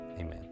amen